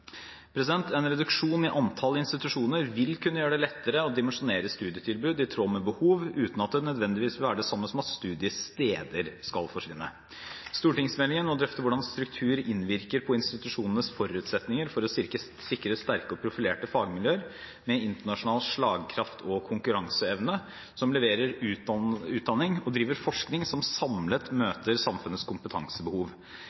En reduksjon i antall institusjoner vil kunne gjøre det lettere å dimensjonere studietilbud i tråd med behov, uten at det nødvendigvis vil være det samme som at studiesteder skal forsvinne. Stortingsmeldingen må drøfte hvordan struktur innvirker på institusjonenes forutsetninger for å sikre sterke og profilerte fagmiljøer med internasjonal slagkraft og konkurranseevne, som leverer utdanning og driver forskning som samlet